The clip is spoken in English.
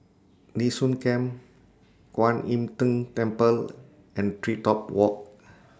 Nee Soon Camp Kwan Im Tng Temple and TreeTop Walk